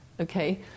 okay